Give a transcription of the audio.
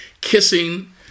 kissing